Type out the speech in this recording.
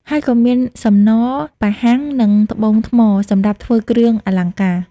ហើយក៏មាន សំណ ប៉ាហាំង និង ត្បូងថ្ម សម្រាប់ធ្វើគ្រឿងអលង្ការ។